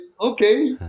okay